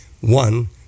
one